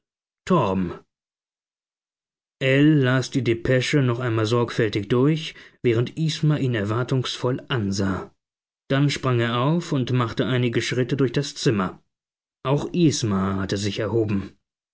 las die depesche noch einmal sorgfältig durch während isma ihn erwartungsvoll ansah dann sprang er auf und machte einige schritte durch das zimmer auch isma hatte sich erhoben